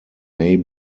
may